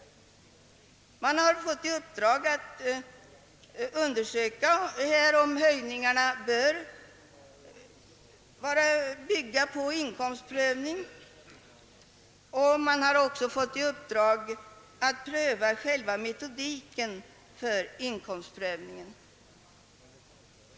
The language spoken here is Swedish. Kommittén har fått i uppdrag att undersöka, om dessa höjningar bör bygga på inkomstprövning. Uppdraget gäller också att pröva själva meto diken för inkomstprövningen.